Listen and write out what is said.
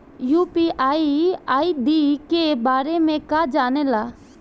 UPI ID के बारे में का जाने ल?